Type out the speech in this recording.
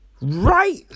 Right